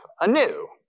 anew